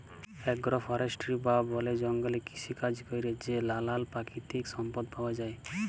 agro forestry বা বলে জঙ্গলে কৃষিকাজে ক্যরে যে লালাল পাকিতিক সম্পদ পাউয়া যায়